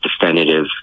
definitive